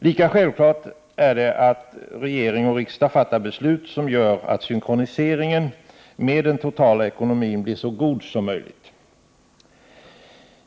Lika självklart är det att regering och riksdag fattar beslut som gör att synkroniseringen med den totala ekonomin blir så god som möjligt.